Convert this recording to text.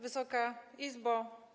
Wysoka Izbo!